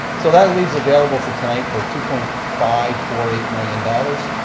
so that leaves available for tonight for two point five four eight million dollars.